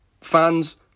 fans